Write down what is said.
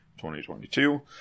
2022